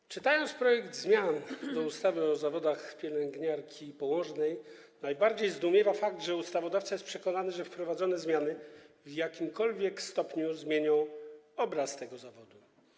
Gdy czyta się projekt dotyczący zmian ustawy o zawodach pielęgniarki i położnej, najbardziej zdumiewa fakt, że ustawodawca jest przekonany, że wprowadzone zmiany w jakimkolwiek stopniu zmienią obraz tego zawodu.